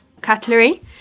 cutlery